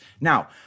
Now